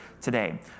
today